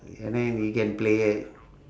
I mean he can play